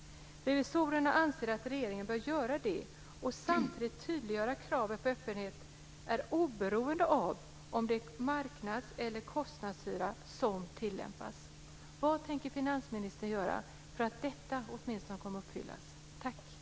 Revisorerna anser att regeringen bör göra det och samtidigt tydliggöra att kravet på öppenhet är oberoende av om marknads eller kostnadshyra tillämpas." Vad tänker finansministern göra för att åtminstone detta kommer att uppfyllas?